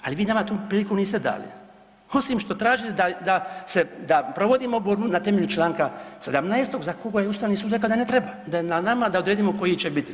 Ali vi nama tu priliku niste dali osim što tražite da se, da provodimo borbu na temelju članku 17. za koga je Ustavni sud rekao da ne treba, da je na nama da odredimo koji će biti.